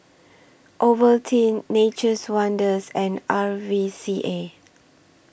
Ovaltine Nature's Wonders and R V C A